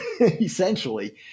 essentially